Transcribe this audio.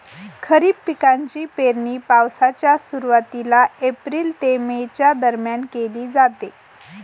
खरीप पिकांची पेरणी पावसाच्या सुरुवातीला एप्रिल ते मे च्या दरम्यान केली जाते